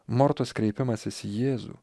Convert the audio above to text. mortos kreipimasis į jėzų